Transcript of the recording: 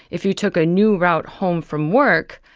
if you took a new route home from work,